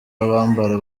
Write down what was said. abambara